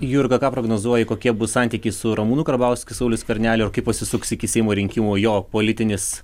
jurga ką prognozuoji kokie bus santykiai su ramūnu karbauskiu sauliaus skvernelio ir kaip pasisuks iki seimo rinkimų jo politinės